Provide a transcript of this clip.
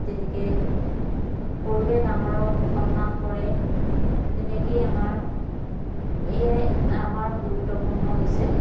তেনেকৈ সৰুৱে ডাঙৰক সন্মান কৰে তেনেকেই আমাৰ এয়াই আমাৰ গুৰুত্বপূৰ্ণ হৈছে